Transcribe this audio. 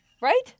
Right